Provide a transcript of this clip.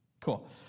Cool